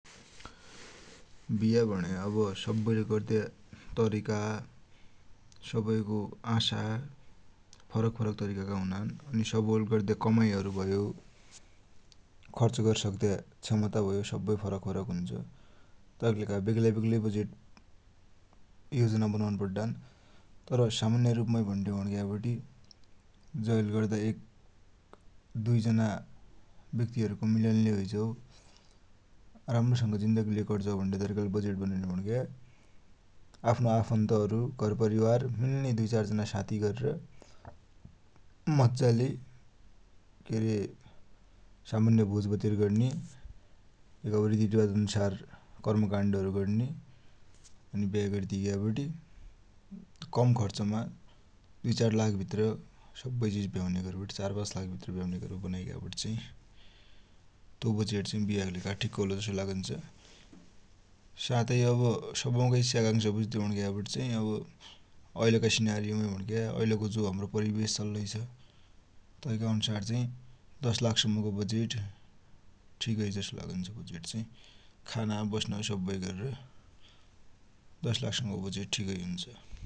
विहे भुण्या आव सवैले गद्या तरिका, सवैको आशा, फरक फरक तरिकाका हुनान् । अनि सवैले गद्या कमाइहरु भयो, खर्च गरिसक्द्या क्षमता भयो सब्बै फरक फरक हुन्छ । तेकिलेखा वेग्ला वेग्लै वजेट योजना बनुन् पड्डान्, तर सामान्य रुपमा मुण्यौ भुणिग्यावटी जैले गद्दा एक दुइ जना व्यक्तिहरुको मिलनलै होइझौ, राम्रोसंग जीन्दगीलै कटिझौ भुण्या तरिकाले बजेट बनुन्यौ भुणिग्या आफ्नो आफन्तहरु, घर परिवार, मिल्ने दुइ चार जना साथिहरु गरेर मज्जाले केरे सामान्य भोजभतेर गर्ने, रितिरिवाज अनुसार कर्मकाण्डहरु गर्ने अनि व्या गरिदिग्यावटी कम खर्चमा दुइ चार लाख भित्र सब्बै चिज भ्याउन्या गरिवटी चार पाँच लाख भित्र भ्याउन्या गरिवटी बनाइग्या चाहि, तो बजेट विवाहकी लेखा ठिक्क होलो जसो लागुन्छ । साथै अब सपैनिका इच्छ्या वुझ्यौ भुण्यापाछा अहिलका सिनारियोमा, ऐलको जो हमरो परिवेश चलिरैछ, तैका अन्सार चाही दश लाख सम्मको बजेट ठिकै जसो लागुन्छ बजेटचाही । खाना बस्न सब्बै गरेर दश लाखसम्मको बजेट ठिकै हुन्छ ।